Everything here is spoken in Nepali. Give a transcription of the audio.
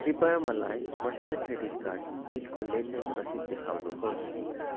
कृपया मलाई महिना क्रेडिट कार्ड बिलको लेनदेन रसिद देखाउनुहोस्